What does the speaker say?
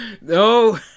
No